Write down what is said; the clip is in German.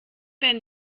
werden